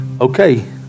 okay